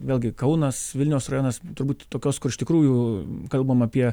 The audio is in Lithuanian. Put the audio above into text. vėlgi kaunas vilniaus rajonas turbūt tokios kur iš tikrųjų kalbam apie